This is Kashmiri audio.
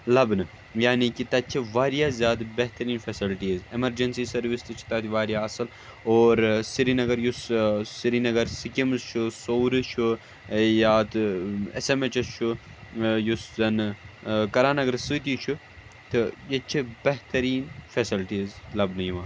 لَبنہٕ یعنے کہِ تَتہِ چھِ واریاہ زیادٕ بہتریٖن فٮ۪سَلٹیٖز اٮ۪مَرجَنسی سٔروِس تہِ چھِ تَتہِ واریاہ اَصٕل اور سرینگٕر یُس سرینگٕر سِکِمٕز چھُ سورُ چھُ یا تہٕ ایس ایم ایچ ایس چھُ یُس زَن کَران نٔگرس سۭتی چھُ تہٕ ییٚتہِ چھِ بہتریٖن فیسَلٹیٖز لَبنہٕ یِوان